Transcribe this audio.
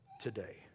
today